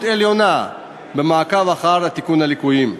עליונה במעקב אחר תיקון הליקויים.